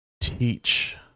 teach